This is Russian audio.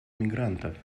мигрантов